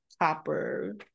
copper